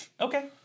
Okay